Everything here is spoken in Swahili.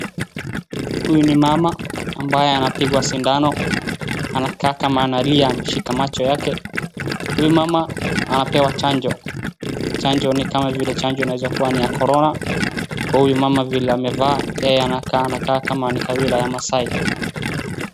Huu ni mama ambaye anapigwa sindano. Anakaa kama analia, ameshika macho yake. Huyu mama anapewa chanjo. Chanjo ni kama vile chanjo inaeza kuwa ni ya Korona. Kwa huyu mama vile amevaa yeye anakaa kama ni kabila ya Maasai.